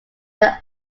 their